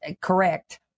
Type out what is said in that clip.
Correct